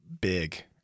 big